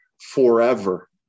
forever